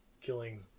killing